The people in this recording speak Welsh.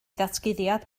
ddatguddiad